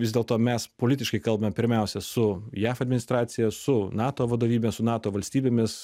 vis dėlto mes politiškai kalbame pirmiausia su jav administracija su nato vadovybe su nato valstybėmis